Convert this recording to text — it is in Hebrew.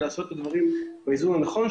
וכן לעשות את הדברים באיזון הנכון.